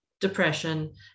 depression